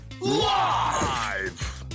Live